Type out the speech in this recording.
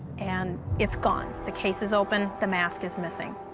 and it's gone. the case is open, the mask is missing.